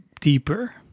deeper